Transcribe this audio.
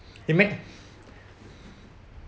he make